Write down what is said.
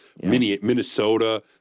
Minnesota